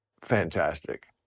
fantastic